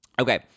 Okay